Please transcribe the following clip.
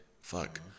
fuck